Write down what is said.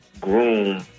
groom